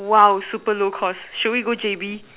!wow! super low cost should we go J_B